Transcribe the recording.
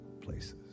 places